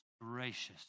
gracious